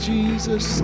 Jesus